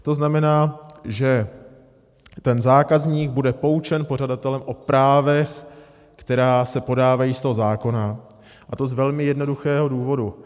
To znamená, že ten zákazník bude poučen pořadatelem o právech, která se podávají ze zákona, a to z velmi jednoduchého důvodu.